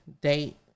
date